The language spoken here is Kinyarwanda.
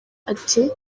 ati